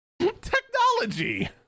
Technology